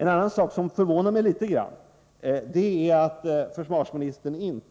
En annan sak som förvånar mig litet grand är att försvarsministern i sitt